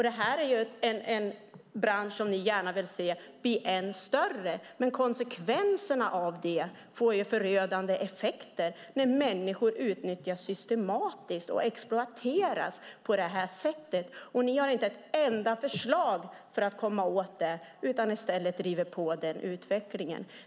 Detta är alltså en bransch som ni gärna vill se bli ännu större, men konsekvenserna av det blir ju förödande, med människor som systematiskt utnyttjas och exploateras på det här sättet. Ni har inte heller ett enda förslag för att komma åt det, utan i stället driver ni på utvecklingen.